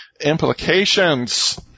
Implications